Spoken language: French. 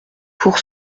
pour